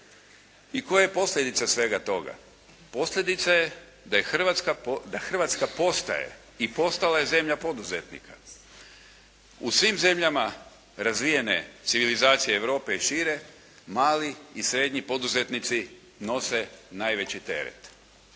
I koja je posljedica svega toga? Posljedica je da Hrvatska postaje i postala je zemlja poduzetnika. U svim zemljama razvijene civilizacije Europe i šire mali i srednji poduzetnici nose najveći teret.